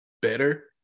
better